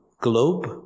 globe